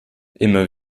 immer